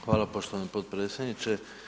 Hvala poštovani potpredsjedniče.